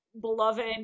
beloved